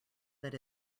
that